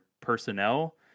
personnel